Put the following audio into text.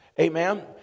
Amen